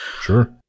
Sure